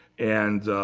and